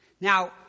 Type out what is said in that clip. Now